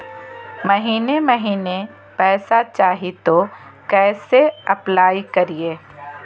महीने महीने पैसा चाही, तो कैसे अप्लाई करिए?